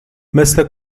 مثل